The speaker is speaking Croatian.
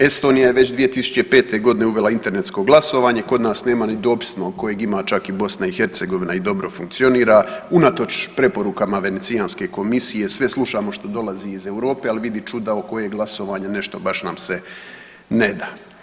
Estonija je već 2005. godine uvela internetsko glasovanje, kod nas nema ni dopisnog kojeg ima čak i BiH i dobro funkcionira unatoč preporukama Venecijanske komisije sve slušamo što dolazi iz Europe ali vidi čuda oko e-glasovanja nešto baš nam se ne da.